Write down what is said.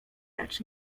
lecz